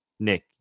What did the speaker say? Nick